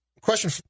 Question